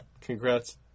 Congrats